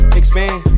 expand